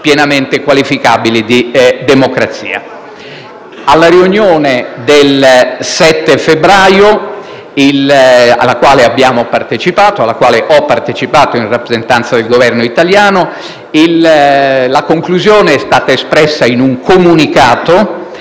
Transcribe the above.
pienamente qualificabili di democrazia. Alla riunione del 7 febbraio, alla quale ho partecipato in rappresentanza del Governo italiano, la conclusione è stata espressa in un comunicato